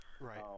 Right